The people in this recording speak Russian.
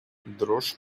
дрожь